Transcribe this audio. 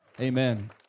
Amen